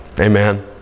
Amen